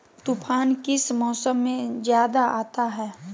तूफ़ान किस मौसम में ज्यादा आता है?